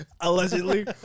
allegedly